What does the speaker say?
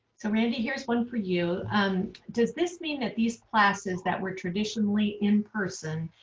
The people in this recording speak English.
so randy here's one for you. and does this mean that these classes that were traditionally in person,